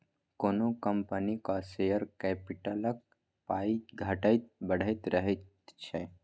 कोनो कंपनीक शेयर कैपिटलक पाइ घटैत बढ़ैत रहैत छै